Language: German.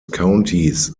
countys